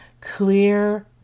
clear